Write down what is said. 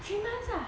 three months lah